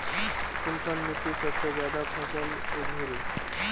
कुनखान मिट्टी सबसे ज्यादा फसल उगहिल?